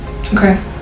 Okay